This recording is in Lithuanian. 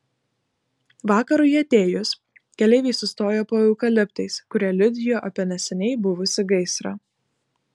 vakarui atėjus keleiviai sustojo po eukaliptais kurie liudijo apie neseniai buvusį gaisrą